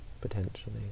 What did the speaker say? potentially